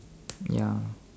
ya